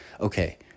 Okay